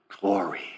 glory